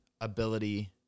ability